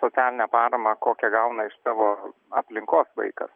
socialinę paramą kokią gauna iš savo aplinkos vaikas